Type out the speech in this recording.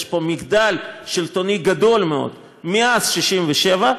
יש פה מחדל שלטוני גדול מאוד מאז 67',